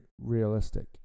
realistic